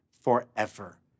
forever